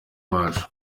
bacu